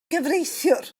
gyfreithiwr